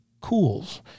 cools